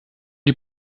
die